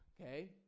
okay